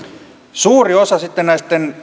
suuri osa näitten